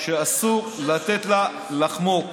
שאסור לתת לה לחמוק.